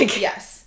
yes